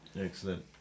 Excellent